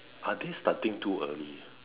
are they starting too early